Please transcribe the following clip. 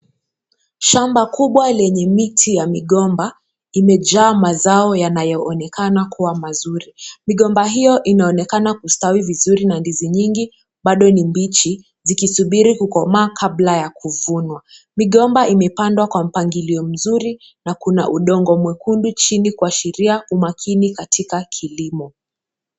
Shamba kubwa lenye miti ya migomba imejaa mazao yanayoonekana kuwa mazuri. Migomba hiyo inaonekana kustawi vizuri na ndizi nyingi bado ni mbichi zikisubiri kukomaa kabla ya kuvunwa, migomba imepandwa kwa mpangilio mzuri na kuna udongo mwekundu chini kuashiria umakini katika kilimo.